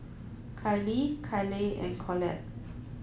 Kylee Kyleigh and Collette